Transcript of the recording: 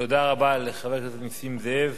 תודה רבה לחבר הכנסת נסים זאב.